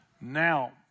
Now